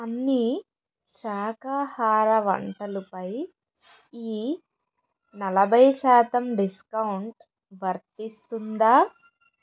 అన్ని శాకాహార వంటలు పై ఈ నలభై శాతం డిస్కౌంట్ వర్తిస్తుందా